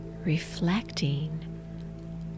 reflecting